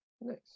Nice